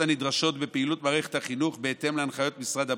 הנדרשות בפעילות מערכת החינוך בהתאם להנחיות משרד הבריאות.